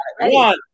One